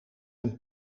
een